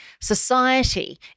society